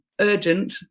urgent